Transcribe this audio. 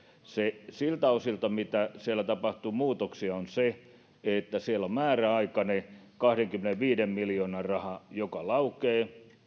niiltä osilta mitä siellä tapahtuu muutoksia on se että siellä on määräaikainen kahdenkymmenenviiden miljoonan raha joka laukeaa